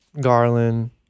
Garland